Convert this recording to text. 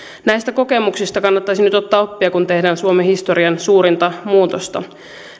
näistä kokemuksista kannattaisi nyt ottaa oppia kun tehdään suomen historian suurinta muutosta